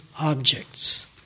objects